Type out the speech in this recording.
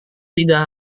tidak